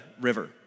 River